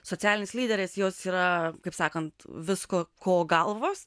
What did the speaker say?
socialinis lyderis jos yra kaip sakant visko ko galvos